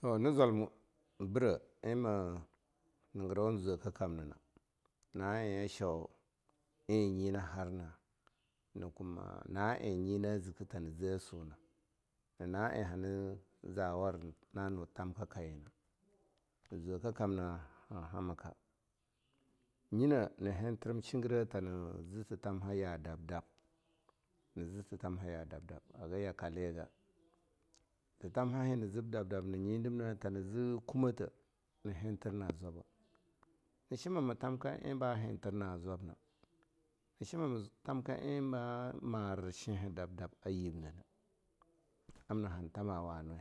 Toh na zwalam birah eh ma nigaro zweka kamnina, na eh shwa eh nyi na harna, na kuma na eeh nyi na zika tana zaeh swu nah, na eh hana zawa rina na nu thamka ka yina zweka kamna han hamaka. nyina na hintirim shingira'a tana zi titamha dab-dab, nazi titamha ya dab-dab, haga titamha yakaliga, titamha hea na zib dab-dab na nyi dibna tana zi kumatah, na hinti na zwaba, na shimama thamka eh ba hintir na zwabna., na shimama thamka eh ba ma marib shinha dab-dab a yibna-na, amna han thama wani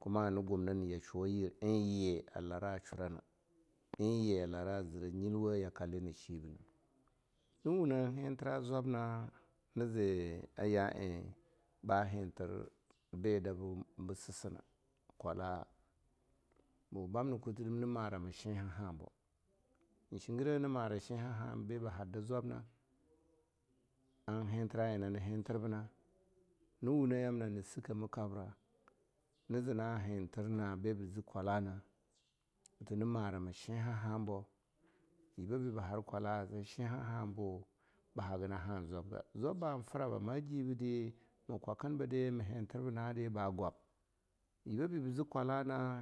kuma hana gubnin yashwuwa yi eh yi a lara shura na, eh yi lara zira nyiilwa yakale na shibina. na wunah hintita zwabna, ni zi aya eh ba hintir bi dabi sisina, kwala'a bu bamna kudidim na marama shinhaba bo. eh shingira'a na mara shin haha biba har da zwabna a hintira eh nan tintirbina, biba zi kwala'a shin habo ba hasana ha zwabga, zwab ban han fraba na'a di ba gwab, yiba bi ba zi kwala na.